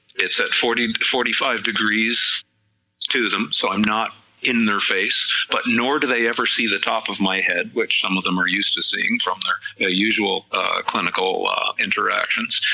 it's at forty and forty five degrees to them, so i'm not in their face, but nor do they ever see the top of my head, which some of them are used to seeing from your usual clinical interactions,